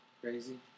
crazy